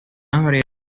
variedades